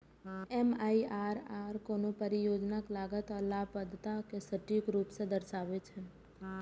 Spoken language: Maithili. एम.आई.आर.आर कोनो परियोजनाक लागत आ लाभप्रदता कें सटीक रूप सं दर्शाबै छै